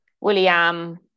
William